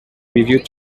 review